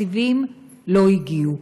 התקציבים לא הגיעו.